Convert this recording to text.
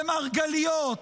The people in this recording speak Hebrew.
במרגליות,